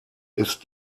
ist